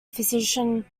physician